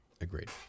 agreed